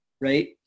Right